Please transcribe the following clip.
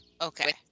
Okay